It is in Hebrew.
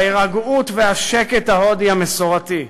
ההירגעות והשקט ההודי המסורתי.